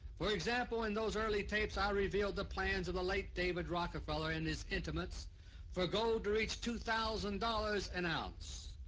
for example, in those early tapes i revealed the plans of the late david rockefeller and his intimates for gold to reach two thousand dollars an ounce.